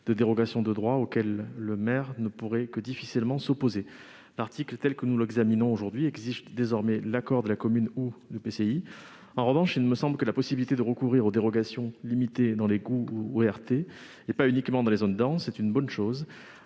de dérogations de droit, auxquelles le maire ne pourrait que difficilement s'opposer. L'article tel qu'il est rédigé aujourd'hui exige désormais l'accord de la commune ou de l'EPCI. En revanche, il me semble que la possibilité de recourir aux dérogations limitées dans les GOU et les ORT, et pas uniquement dans les zones denses, est une bonne chose.